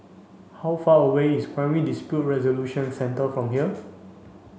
how far away is Primary Dispute Resolution Centre from here